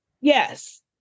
Yes